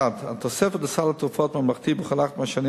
התוספת לסל התרופות הממלכתי בכל אחת מהשנים